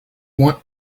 want